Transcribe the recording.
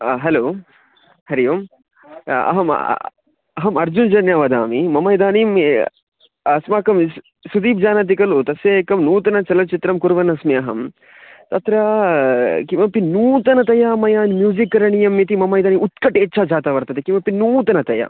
हा हलो हरिः ओम् अहम् अहम् अर्जुनः जन्य वदामि मम इदानीम् अस्माकं सु सुदीपः जानाति खलु तस्य एकं नूतनं चलचित्रं कुर्वन्नस्मि अहं तत्र किमपि नूतनतया मया म्यूसिक् करणीयम् इति मम इदानीम् उत्कटेच्छा जाता वर्तते किमपि नूतनतया